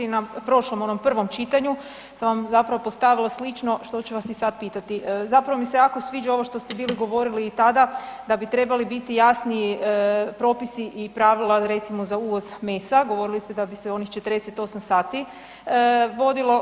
I na prošlom onom prvom čitanju sam vam zapravo postavila slično što ću vas i sad pitati, zapravo mi se jako sviđa ovo što ste bili govorili i tada da bi trebali biti jasniji propisi i pravila recimo za uvoz mesa, govorili ste da bi se onih 48 sati vodilo.